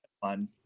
fun